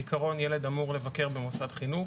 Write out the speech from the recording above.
בעיקרון, ילד אמור לבקר במוסד חינוך